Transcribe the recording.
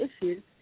issues